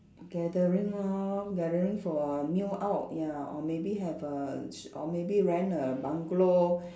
gathering lor gathering for a meal out ya or maybe have a sh~ or maybe rent a bungalow